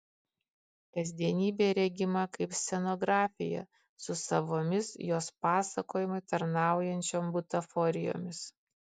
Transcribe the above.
kasdienybė regima kaip scenografija su savomis jos pasakojimui tarnaujančiom butaforijomis